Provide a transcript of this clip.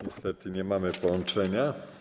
Niestety nie mamy połączenia.